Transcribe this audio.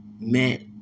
met